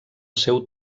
seu